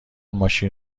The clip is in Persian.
ماشین